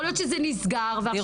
יכול להיות שזה נסגר ועכשיו פתחו מחדש.